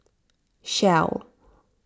shell